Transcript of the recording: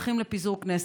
הולכים לפיזור כנסת.